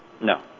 No